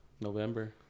November